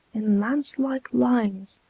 in lance-like lines,